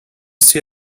see